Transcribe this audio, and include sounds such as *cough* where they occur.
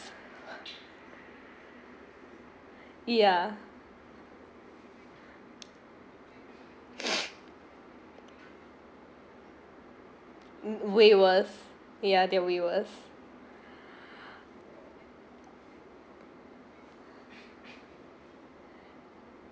yeah *breath* way worse ya they way worse